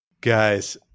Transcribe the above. Guys